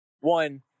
one